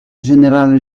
général